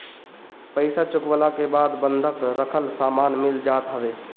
पईसा चुकवला के बाद बंधक रखल सामान मिल जात हवे